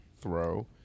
throw